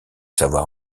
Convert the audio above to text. savoir